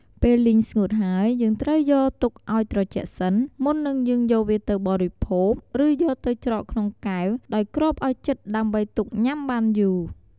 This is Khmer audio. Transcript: ពេលលីងស្ងួតហើយយើងត្រូវយកទុកឱ្យត្រជាក់សិន មុននឹងយើងយកវាទៅបរិភោគឬយកទៅច្រកក្នុងកែវដោយគ្របឲ្យជិតដើម្បីទុកញ៉ាំបានយូរ។